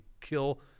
kill